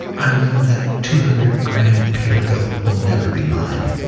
i know that two hundred grand peterbilt will never be mind.